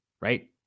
right